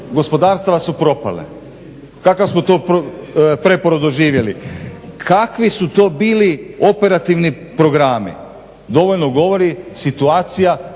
gospodarstava su propale. Kakav smo to preporod doživjeli, kakvi su to bili operativni programi dovoljno govori situacija